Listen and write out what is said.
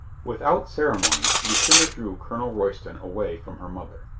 without ceremony lucinda drew colonel royston away from her mother.